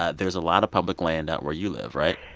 ah there's a lot of public land out where you live, right?